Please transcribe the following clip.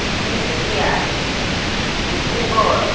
Tinsukia Dibrugarh